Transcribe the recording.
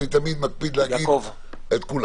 אני תמיד מקפיד להגיד את כולם.